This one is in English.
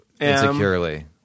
insecurely